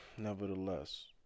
Nevertheless